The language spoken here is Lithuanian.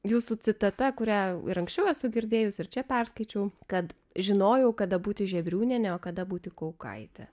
jūsų citata kurią jau ir anksčiau esu girdėjusi ir čia perskaičiau kad žinojau kada būti žebriūnienė o kada būti kaukaitė